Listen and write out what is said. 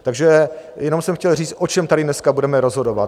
Takže jenom jsem chtěl říct, o čem tady dneska budeme rozhodovat...